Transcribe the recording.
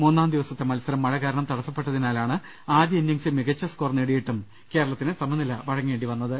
മൂന്നാം ദിവസത്തെ മത്സരം മഴ കാരണം തടസ്സപ്പെട്ടതിനാലാണ് ആദ്യ ഇന്നിംഗ്സിൽ മികച്ച സ്കോർ നേടി യിട്ടും കേരളത്തിന് സമനില വഴങ്ങേണ്ടി വന്നത്